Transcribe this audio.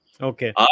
Okay